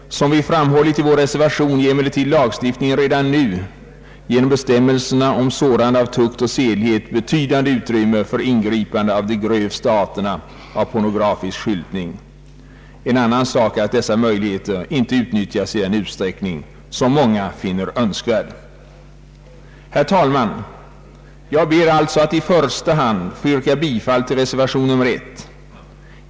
Som vi framhåller i vår reservation ger emellertid lagstiftningen redan nu genom bestämmelserna om sårande av tukt och sedlighet betydande utrymme för ingripande mot de grövsta arterna av pornografisk skyltning. En annan sak är att dessa möjligheter inte utnyttjas i den utsträckning som många finner önskvärd. Herr talman! Jag ber att i första hand få yrka bifall till reservation 1.